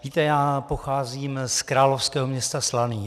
Víte, já pocházím z královského města Slaný.